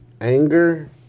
Anger